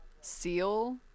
seal